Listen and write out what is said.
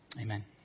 Amen